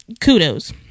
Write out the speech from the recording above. kudos